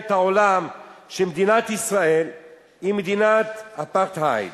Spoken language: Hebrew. את העולם שמדינת ישראל היא מדינת אפרטהייד,